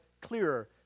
clearer